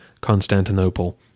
Constantinople